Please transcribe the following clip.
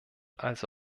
also